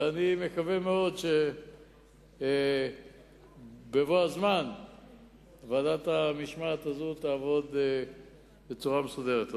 ואני מקווה מאוד שבבוא הזמן ועדת המשמעת הזאת תעבוד בצורה מסודרת.